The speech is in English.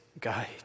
guide